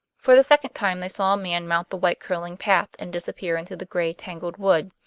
for the second time they saw a man mount the white curling path and disappear into the gray tangled wood,